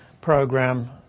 program